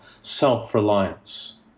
self-reliance